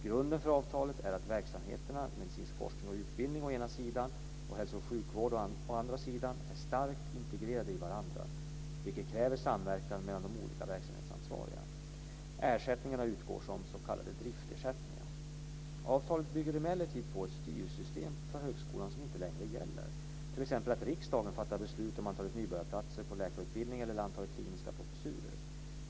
Grunden för avtalet är att verksamheterna medicinsk forskning och utbildning å ena sidan och hälso och sjukvård å andra sidan är starkt integrerade i varandra, vilket kräver samverkan mellan de olika verksamhetsansvariga. Ersättningarna utgår som s.k. driftersättningar. Avtalet bygger emellertid på ett styrsystem för högskolan som inte längre gäller, t.ex. att riksdagen fattar beslut om antalet nybörjarplaster på läkarutbildningen eller antalet kliniska professurer.